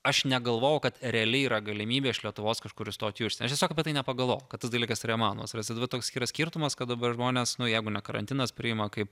aš negalvojau kad realiai yra galimybė iš lietuvos kažkur įstoti į užsienį aš tiesiog apie tai nepagalvojau kad tas dalykas yra įmanomas ir dabar yra toks yra skirtumas kad dabar žmonės nu jeigu ne karantinas priima kaip